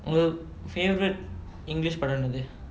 உங்க:unga favourite english படம் என்னது:padam ennathu